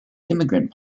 immigrant